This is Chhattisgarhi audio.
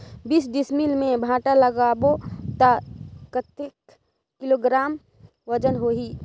बीस डिसमिल मे भांटा लगाबो ता कतेक किलोग्राम वजन होही?